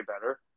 better